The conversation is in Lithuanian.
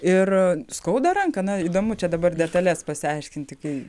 ir skauda ranką na įdomu čia dabar detales pasiaiškinti kai